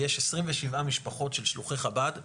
יש 27 משפחות של שלוחי חב"ד.